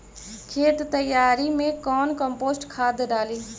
खेत तैयारी मे कौन कम्पोस्ट खाद डाली?